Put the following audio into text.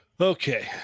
Okay